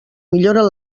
milloren